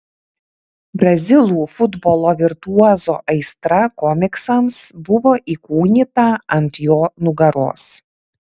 brazilų futbolo virtuozo aistra komiksams buvo įkūnyta ant jo nugaros